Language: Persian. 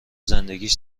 زندگیش